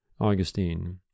Augustine